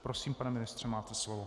Prosím, pane ministře, máte slovo.